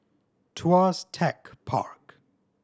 Tuas Tech Park